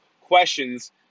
questions